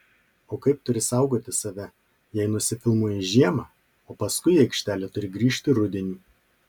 o kaip turi saugoti save jei nusifilmuoji žiemą o paskui į aikštelę turi grįžti rudenį